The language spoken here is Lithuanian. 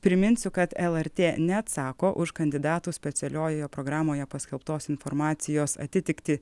priminsiu kad lrt neatsako už kandidatų specialiojoje programoje paskelbtos informacijos atitiktį